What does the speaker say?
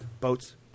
boats